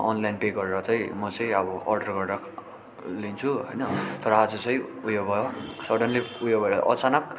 online pay गरेर चाहिँ म चाहिँअब अर्डर गरेर लिन्छु होइन तर आज चाहिँ उयो भयो सडन्ली उयो भएर अचानक